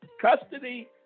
custody